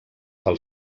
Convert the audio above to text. pel